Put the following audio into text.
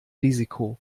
risiko